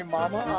Mama